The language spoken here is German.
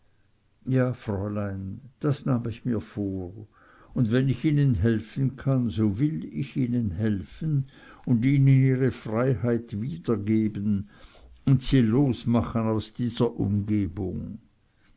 ja fräulein das nahm ich mir vor und wenn ich ihnen helfen kann so will ich ihnen helfen und ihnen ihre freiheit wiedergeben und sie losmachen aus dieser umgebung